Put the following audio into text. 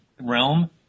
realm